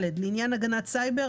לעניין הגנת סייבר,